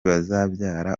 bazabyara